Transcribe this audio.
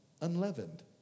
unleavened